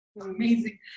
amazing